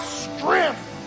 strength